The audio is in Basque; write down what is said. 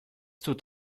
dut